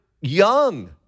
young